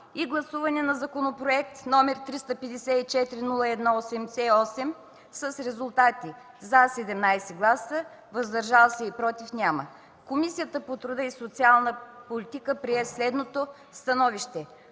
и гласуване на законопроект № 354-01-88 с резултати: „за” – 17 гласа, „въздържали се” и „против” – няма, Комисията по труда и социалната политика прие следното становище: